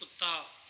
ਕੁੱਤਾ